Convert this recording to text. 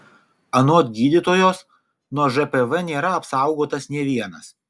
anot gydytojos nuo žpv nėra apsaugotas nė vienas